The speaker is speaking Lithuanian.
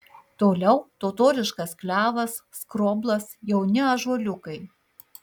toliau totoriškas klevas skroblas jauni ąžuoliukai